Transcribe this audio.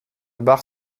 barre